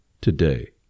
today